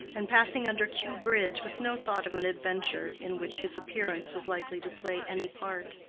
and passing under kew bridge with no thought of an adventure in which his appearance was likely to play any part.